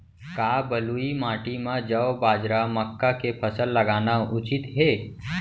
का बलुई माटी म जौ, बाजरा, मक्का के फसल लगाना उचित हे?